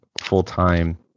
full-time